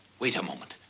wait a moment.